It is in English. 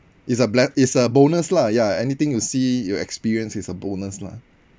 it's a ble~ it's a bonus lah ya anything you see you experience is a bonus lah